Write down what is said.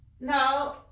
No